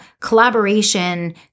collaboration